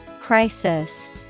Crisis